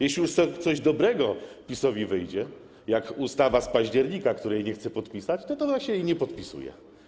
Jeśli już coś dobrego PiS-owi wyjdzie, jak ustawa z października, której nie chce podpisać, to właśnie tego nie podpisuje.